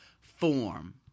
form